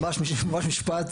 ממש משפט.